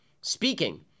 speaking